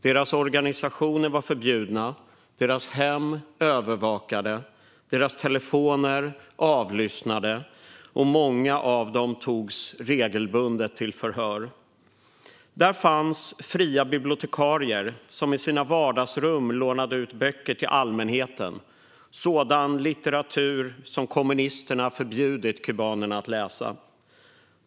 Deras organisationer var förbjudna, deras hem övervakade och deras telefoner avlyssnade. Många av dem togs regelbundet till förhör. Där fanns fria bibliotekarier som i sina vardagsrum lånade ut böcker till allmänheten, sådan litteratur som kommunisterna förbjudit kubanerna att läsa.